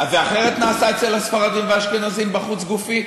זה אחרת נעשה אצל הספרדים והאשכנזים, בחוץ-גופית?